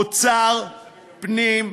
אוצר, פנים,